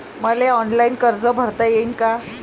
मले ऑनलाईन कर्ज भरता येईन का?